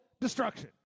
destruction